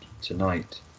tonight